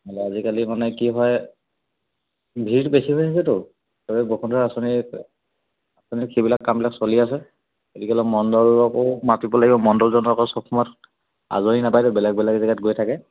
আজিকালি মানে কি হয় ভিৰটো বেছি হৈ আছেতো চ'বেই বসুন্ধৰা আঁচনি আঁচনিত সেইবিলাক কামবিলাক চলি আছে গতিকেলৈ মণ্ডলকো মাতিব লাগিব মণ্ডলজন আকৌ চব সময়ত আজৰি নাপায় যে বেলেগ বেলেগ জেগাত গৈ থাকে